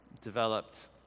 developed